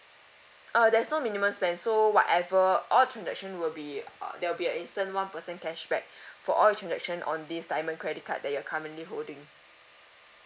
uh there is no minimum spend so whatever all the transaction will be uh there will be an instant one percent cashback for all the transaction on this diamond credit card that you're currently holding